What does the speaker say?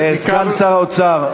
סגן שר האוצר,